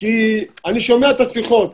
כי אני שומע את השיחות.